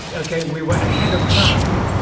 yeah okay, we were ahead of time,